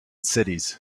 cities